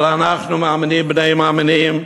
אבל אנחנו מאמינים בני מאמינים,